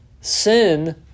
sin